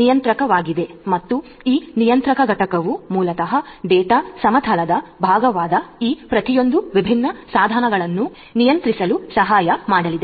ನಿಯಂತ್ರಕವಾಗಿದೆ ಮತ್ತು ಈ ನಿಯಂತ್ರಕ ಘಟಕವು ಮೂಲತಃ ಡೇಟಾ ಸಮತಲದ ಭಾಗವಾದ ಈ ಪ್ರತಿಯೊಂದು ವಿಭಿನ್ನ ಸಾಧನಗಳನ್ನು ನಿಯಂತ್ರಿಸಲು ಸಹಾಯ ಮಾಡಲಿದೆ